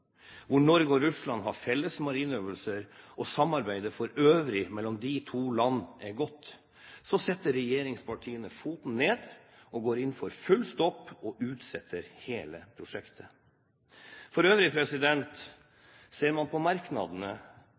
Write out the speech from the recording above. hvor Norge og Russland har felles marineøvelser, og samarbeidet for øvrig mellom de to land er godt, setter regjeringspartiene foten ned, går inn for full stopp, og utsetter hele prosjektet. Ser man for øvrig på merknadene,